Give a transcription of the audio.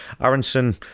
Aronson